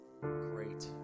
great